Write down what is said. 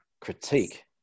critique